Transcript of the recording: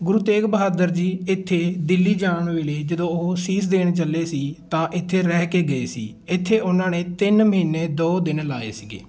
ਗੁਰੂ ਤੇਗ ਬਹਾਦਰ ਜੀ ਇੱਥੇ ਦਿੱਲੀ ਜਾਣ ਵੇਲੇ ਜਦੋਂ ਉਹ ਸੀਸ ਦੇਣ ਚੱਲੇ ਸੀ ਤਾਂ ਇੱਥੇ ਰਹਿ ਕੇ ਗਏ ਸੀ ਇੱਥੇ ਉਹਨਾਂ ਨੇ ਤਿੰਨ ਮਹੀਨੇ ਦੋ ਦਿਨ ਲਾਏ ਸੀਗੇ